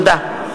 תודה.